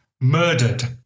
murdered